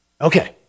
Okay